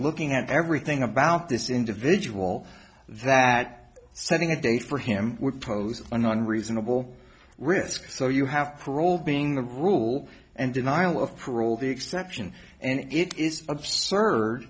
looking at everything about this individual that setting a date for him would pose an unreasonable risk so you have parole being the rule and denial of parole the exception and it is absurd